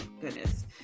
goodness